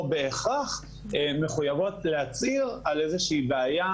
או בהיכרך מחויבות להצהיר על איזושהי בעיה